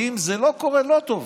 ואם זה לא קורה, לא טוב.